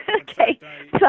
Okay